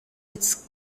its